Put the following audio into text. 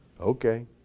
Okay